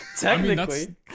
technically